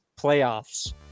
playoffs